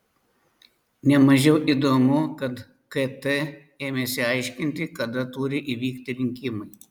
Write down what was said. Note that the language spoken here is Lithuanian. ne mažiau įdomu kad kt ėmėsi aiškinti kada turi įvykti rinkimai